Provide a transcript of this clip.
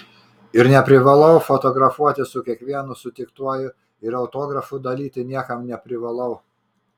ir neprivalau fotografuotis su kiekvienu sutiktuoju ir autografų dalyti niekam neprivalau